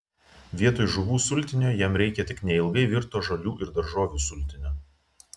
vietoj žuvų sultinio jam reikia tik neilgai virto žolių ir daržovių sultinio